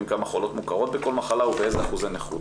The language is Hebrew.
כמה חולות מוכרות בכל מחלה ובאיזה אחוזי נכות.